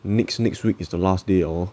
next next week is the last day liao loh